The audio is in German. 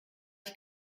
ich